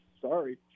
Sorry